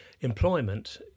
employment